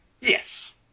Yes